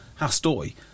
Hastoy